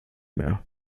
mehr